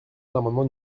l’amendement